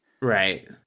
Right